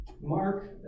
Mark